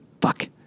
Fuck